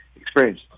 Experience